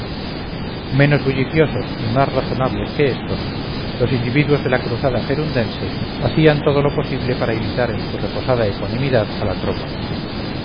menos bulliciosos y más razonables que estos los individuos de la cruzada gerundense hacían todo lo posible para imitar en su reposada ecuanimidad a la tropa